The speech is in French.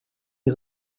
est